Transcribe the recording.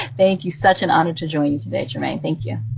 thank you. such an honor to join you today, trymaine. thank you.